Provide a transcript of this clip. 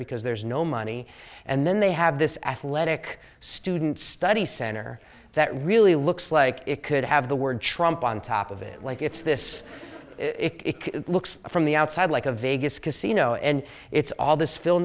because there's no money and then they have this athletic student study center that really looks like it could have the word trump on top of it like it's this it looks from the outside like a vegas casino and it's all this phil